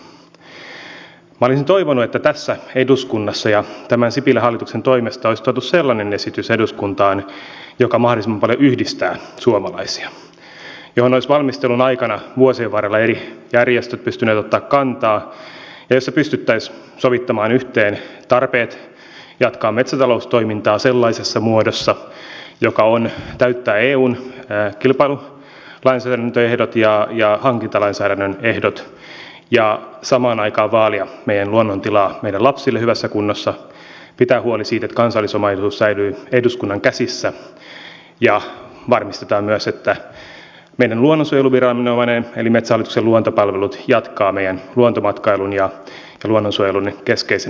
minä olisin toivonut että sipilän hallituksen toimesta olisi tuotu eduskuntaan sellainen esitys joka mahdollisimman paljon yhdistää suomalaisia ja johon olisivat valmistelun aikana vuosien varrella eri järjestöt pystyneet ottamaan kantaa ja jossa pystyttäisiin sovittamaan yhteen tarpeet jatkaa metsätaloustoimintaa sellaisessa muodossa joka täyttää eun kilpailulainsäädännön ehdot ja hankintalainsäädännön ehdot ja samaan aikaan vaalimaan meidän luonnon tilaa meidän lapsille hyvässä kunnossa pitämään huoli siitä että kansallisomaisuus säilyy eduskunnan käsissä ja varmistamaan myös että meidän luonnonsuojeluviranomainen eli metsähallituksen luontopalvelut jatkaa meidän luontomatkailun ja luonnonsuojelun keskeisenä vaalijana